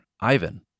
Ivan